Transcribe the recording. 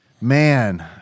Man